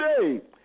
today